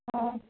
अ